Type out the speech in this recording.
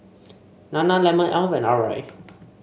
Nana lemon Alf and Arai